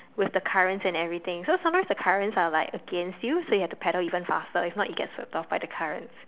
with the currents and every thing so sometimes the currents are like against you so you have to paddle even faster if not you get sweep off by the currents